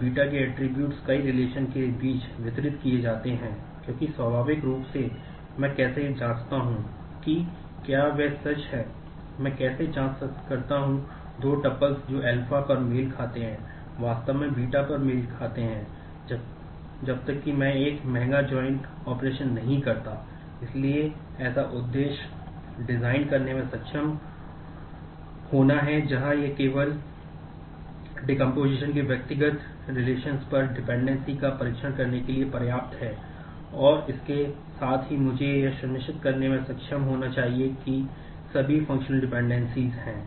dependency हैं